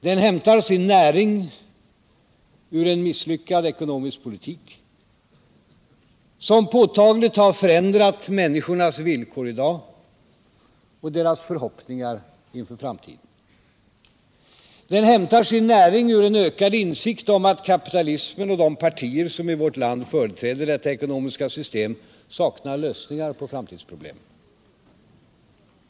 Den hämtar sin näring ur en misslyckad ekonomisk politik, som påtagligt har förändrat människornas villkor i dag och deras förhoppningar inför framtiden. Den hämtar sin näring ur en ökad insikt om att kapitalismen och de partier som i vårt land företräder detta ekonomiska system saknar lösningar på framtidsproblemen.